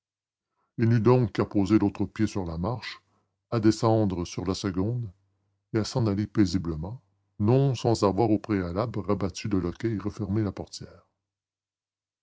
n'eut donc qu'à poser l'autre pied sur la marche à descendre sur la seconde et à s'en aller paisiblement non sans avoir au préalable rabattu le loquet et refermé la portière